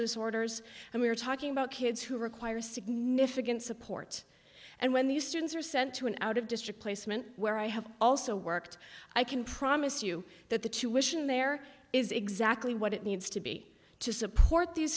disorders and we're talking about kids who require significant support and when these students are sent to an out of district placement where i have also worked i can promise you that the tuition there is exactly what it needs to be to support these